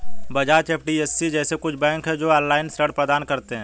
Bajaj, HDFC जैसे कुछ bank है, जो ऑनलाईन ऋण प्रदान करते हैं